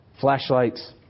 Flashlights